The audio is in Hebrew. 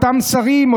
אותם שרים,